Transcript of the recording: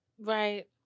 Right